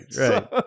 Right